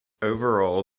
overall